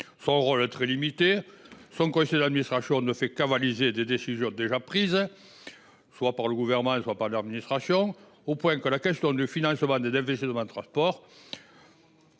son rôle est très limité, car son conseil d’administration ne fait qu’avaliser des décisions déjà prises, soit par le Gouvernement, soit par l’administration, au point que la question du financement des infrastructures de transport